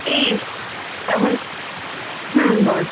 এই কেমন হুম বল